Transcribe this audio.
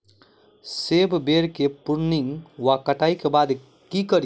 सेब बेर केँ प्रूनिंग वा कटाई केँ बाद की करि?